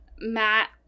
matt